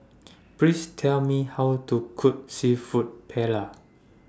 Please Tell Me How to Cook Seafood Paella